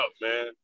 man